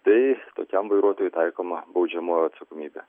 tai tokiam vairuotojui taikoma baudžiamoji atsakomybė